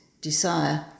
desire